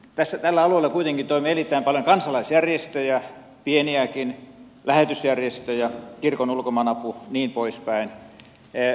tällä alueella kuitenkin toimii erittäin paljon kansalaisjärjestöjä pieniäkin lähetysjärjestöjä kirkon ulkomaanapu ja niin poispäin